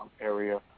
area